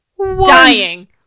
dying